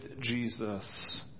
Jesus